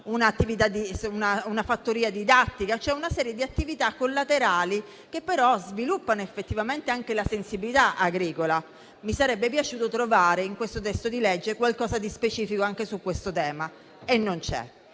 una fattoria didattica, cioè una serie di attività collaterali, che però sviluppano effettivamente anche la sensibilità agricola. Mi sarebbe piaciuto trovare in questo testo di legge qualcosa di specifico anche su questo tema; ma non c'è.